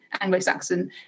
Anglo-Saxon